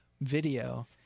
video